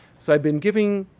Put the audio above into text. so, i'd been giving